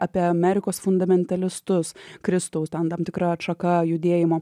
apie amerikos fundamentalistus kristaus ten tam tikra atšaka judėjimo